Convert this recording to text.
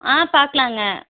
ஆ பார்க்கலாங்க